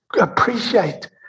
appreciate